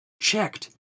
checked